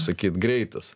sakyt greitis